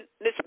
Miss